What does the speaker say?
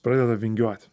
pradeda vingiuoti